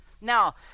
Now